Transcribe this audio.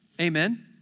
Amen